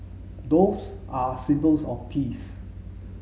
doves are a symbols of peace